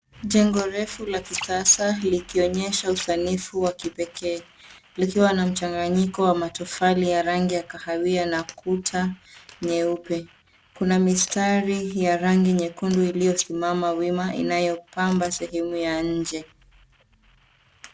Jengo refu la kisasa, likionyesha usanifu wa kipekee, likiwa na mchanganyika wa matofali ya rangi ya kahawia na kuta nyeupe. Kuna mistari ya rangi nyekundu iliyosimama wima inayopamba sehemu ya nje.